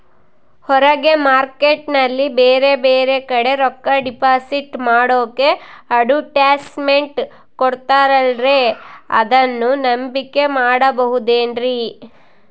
ಹೊರಗೆ ಮಾರ್ಕೇಟ್ ನಲ್ಲಿ ಬೇರೆ ಬೇರೆ ಕಡೆ ರೊಕ್ಕ ಡಿಪಾಸಿಟ್ ಮಾಡೋಕೆ ಅಡುಟ್ಯಸ್ ಮೆಂಟ್ ಕೊಡುತ್ತಾರಲ್ರೇ ಅದನ್ನು ನಂಬಿಕೆ ಮಾಡಬಹುದೇನ್ರಿ?